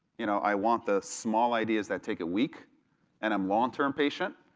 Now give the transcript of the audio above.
you know i want the small ideas that take a week and i'm long term patient,